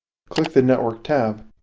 click the network tab.